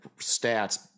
stats